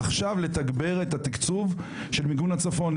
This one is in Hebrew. עכשיו לתגבר את התקצוב של מיגון הצפון,